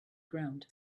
ground